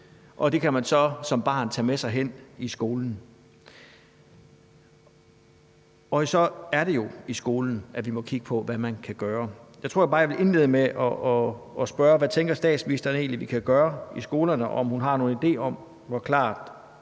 og det kan man som barn så tage med sig hen i skolen. Og det er jo så i skolen, vi må kigge på, hvad man kan gøre. Jeg tror bare, jeg vil indlede med at spørge, hvad statsministeren egentlig tænker vi kan gøre i skolerne, og om hun har nogen idé om, hvor langt